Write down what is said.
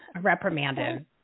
reprimanded